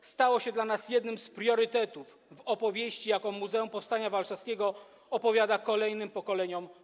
To stało się dla nas jednym z priorytetów w opowieści, jaką Muzeum Powstania Warszawskiego opowiada kolejnym pokoleniom.